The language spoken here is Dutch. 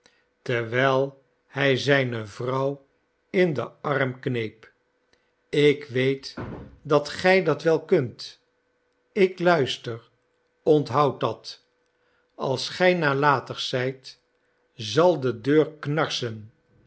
tervvijl hij zijne vrouw in den arm kneep ik weet dat gij dat wel kunt ik luister onthoud dat als gij nalatig zijt zal de deur knarsen